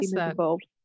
involved